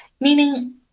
Meaning